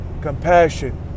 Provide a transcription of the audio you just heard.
compassion